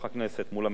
מול הממשלה,